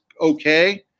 okay